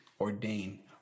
ordain